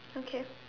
okay